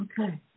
Okay